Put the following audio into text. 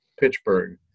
Pittsburgh